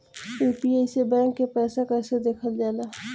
UPI से bank के पैसा कैसे देखल जाला?